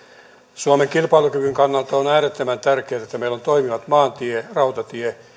suomen kilpailukyvyn kannalta on äärettömän tärkeätä että meillä on toimivat maantie rautatie